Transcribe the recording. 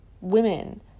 women